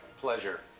pleasure